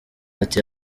ati